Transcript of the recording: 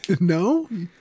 No